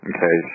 Okay